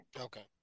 Okay